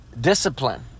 discipline